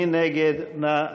מי נגד?